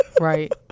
right